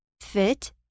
fit